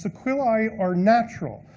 ah equili or natural.